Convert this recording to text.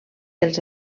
els